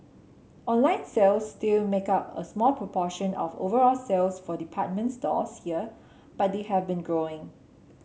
online sales still make up a small proportion of overall sales for department stores here but they have been growing